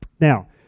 Now